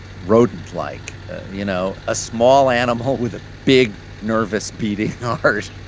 rodent-like you know, a small animal with a big, nervous, beating heart.